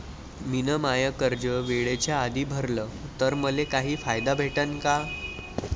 मिन माय कर्ज वेळेच्या आधी भरल तर मले काही फायदा भेटन का?